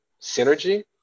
synergy